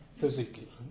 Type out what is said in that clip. physically